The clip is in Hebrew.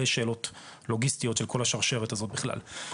שאלות לוגיסטיות של כל השרשרת הזו בכלל.